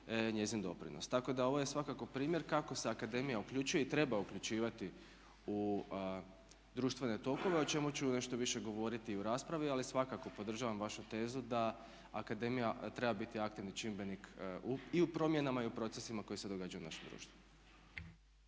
njezin doprinos. Tako da ovo je svako primjer kako se akademija uključuje i treba uključivati u društvene tokove o čemu ću nešto više govoriti u raspravi ali svakako podržavam vašu tezu da akademija treba biti aktivni čimbenik i u promjenama i u procesima koji se događaju u našem društvu.